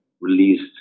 released